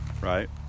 right